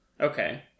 Okay